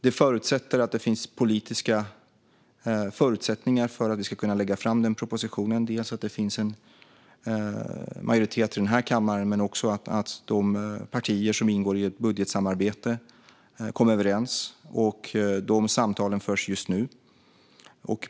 Detta förutsätter att det finns politiska förutsättningar för att vi ska kunna lägga fram den propositionen: dels att det finns en majoritet här i kammaren, dels att de partier som ingår i budgetsamarbetet kommer överens. De samtalen förs just nu.